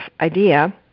idea